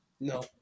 No